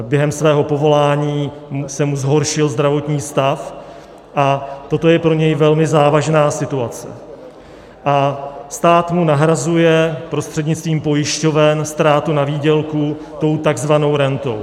Během jeho povolání se mu zhoršil zdravotní stav a toto je pro něj velmi závažná situace a stát mu nahrazuje prostřednictvím pojišťoven ztrátu na výdělku tou takzvanou rentou.